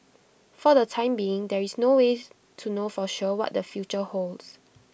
for the time being there is no way to know for sure what their future holds